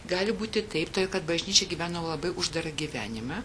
gali būti taip todėl kad bažnyčia gyveno labai uždarą gyvenimą